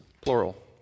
Plural